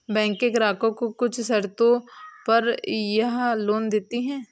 बैकें ग्राहकों को कुछ शर्तों पर यह लोन देतीं हैं